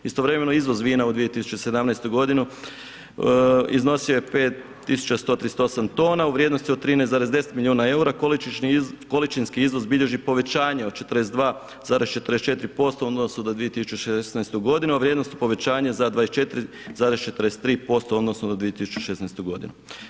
Istovremeno izvoz vina u 2017. godini, iznosio je 5 tisuća 138 tona u vrijednosti od 13,10 milijuna EUR-a, količinski iznos bilježi povećanje od 42,44% u odnosu na 2016. godinu, a vrijednosno povećanje za 24,43% u odnosu na 2016. godinu.